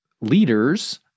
leaders